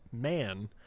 man